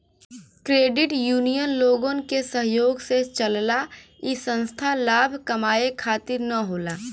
credit union लोगन के सहयोग से चलला इ संस्था लाभ कमाये खातिर न होला